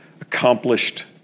accomplished